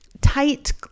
tight